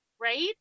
Right